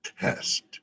test